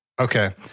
Okay